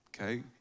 okay